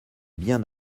bien